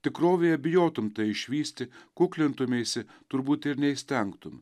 tikrovėje bijotum tai išvysti kuklintumeisi turbūt ir neįstengtum